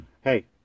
hey